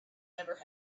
never